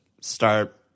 start